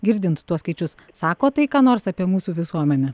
girdint tuos skaičius sako tai ką nors apie mūsų visuomenę